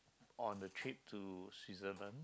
on the trip to Switzerland